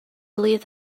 believe